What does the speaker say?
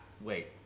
wait